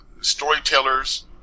storytellers